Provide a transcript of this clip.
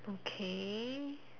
okay